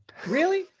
really?